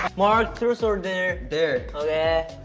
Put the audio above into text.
mark, truth or dare. dare.